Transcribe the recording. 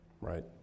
Right